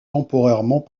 temporairement